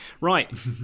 Right